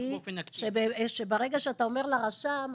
שברגע שאתה אומר לרשם,